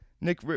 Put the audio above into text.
Nick